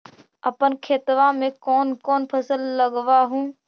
अपन खेतबा मे कौन कौन फसल लगबा हू?